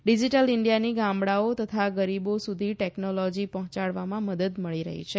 digital ઇન્ડિયાની ગામડાઓ તથા ગરીબો સુધી ટેકનોલોજી પહોચાડવામાં મદદ મળી છે